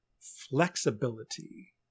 Flexibility